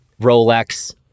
Rolex